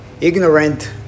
ignorant